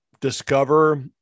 discover